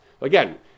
again